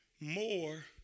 more